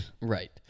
Right